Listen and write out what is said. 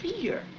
fear